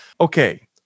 Okay